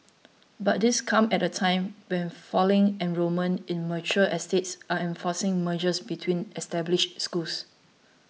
but this comes at a time when falling enrolment in mature estates are enforcing mergers between established schools